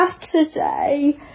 Saturday